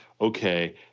okay